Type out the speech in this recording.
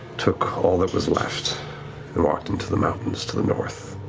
took all that was left and walked into the mountains to the north.